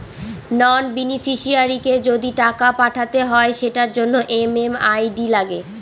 নন বেনিফিশিয়ারিকে যদি টাকা পাঠাতে হয় সেটার জন্য এম.এম.আই.ডি লাগে